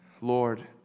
lord